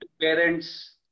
parents